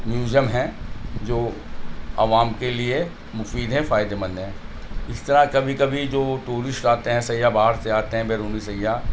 museum ہیں جو عوام کے لیے مفید ہیں فائدے مند ہیں اس طرح کبھی کبھی جو ٹورسٹ آتے ہیں سیاح باہر سے آتے ہیں بیرونی سیاح